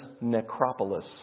necropolis